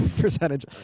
percentage